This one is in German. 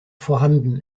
vorhanden